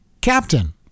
Captain